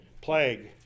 Plague